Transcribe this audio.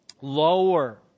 lower